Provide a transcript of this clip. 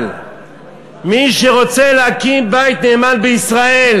מי שרוצה להקים בית נאמן בישראל,